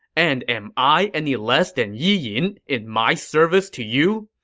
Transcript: and am i any less than yi yin in my service to you?